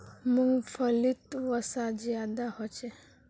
मूंग्फलीत वसा ज्यादा होचे